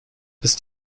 ist